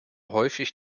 häufig